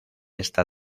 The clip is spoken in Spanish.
esta